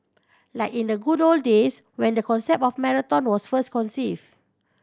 like in the good old days when the concept of marathon was first conceived